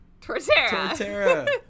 tortera